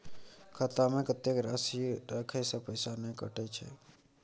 खाता में कत्ते राशि रखे से पैसा ने कटै छै?